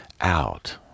out